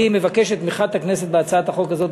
אני מבקש את תמיכת הכנסת גם בהצעת החוק הזאת,